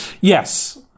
Yes